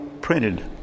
printed